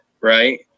Right